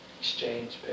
exchange